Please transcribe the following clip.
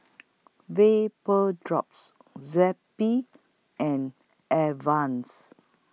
Vapodrops Zappy and Advance